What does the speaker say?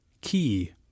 key